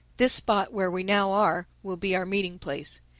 this spot where we now are, will be our meeting-place.